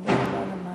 חג לראש